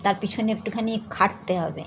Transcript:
তার পিছনে একটুখানি খাটতে হবে